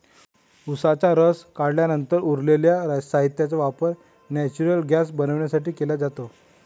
उसाचा रस काढल्यानंतर उरलेल्या साहित्याचा वापर नेचुरल गैस बनवण्यासाठी केला जातो